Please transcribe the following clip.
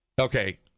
Okay